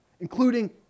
Including